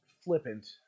flippant